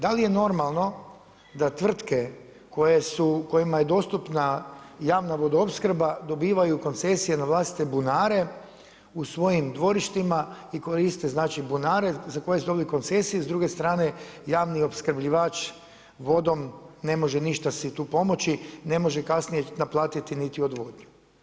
Da li je normalno da tvrtke kojima je dostupna javna vodoopskrba dobivaju koncesije na vlastite bunare u svojim dvorištima i koriste bunare za koje su dobili koncesiju, s druge strane javni opskrbljivač vodom ne može ništa si tu pomoći, ne može kasnije naplatiti niti odvodnju?